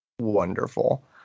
wonderful